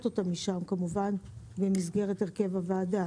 אותם משם כמובן במסגרת הרכב הוועדה.